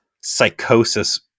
psychosis